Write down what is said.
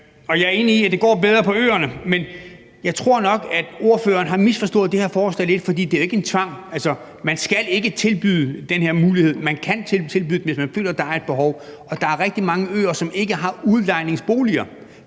Jeg er enig i, at det går bedre på øerne. Men jeg tror nok, at ordføreren har misforstået det her forslag lidt, for det er jo ikke en tvang. Altså, man skal ikke tilbyde den her mulighed. Man kan tilbyde den, hvis man føler, der er et behov, og der er rigtig mange øer, som ikke har udlejningsboliger.